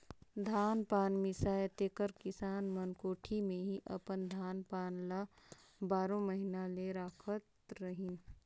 धान पान मिसाए तेकर किसान मन कोठी मे ही अपन धान पान ल बारो महिना ले राखत रहिन